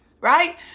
right